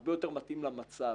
והרבה יותר מתאים למצב.